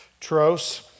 Tros